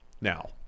Now